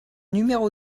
numéro